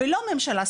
ולא ממשלה ספציפית,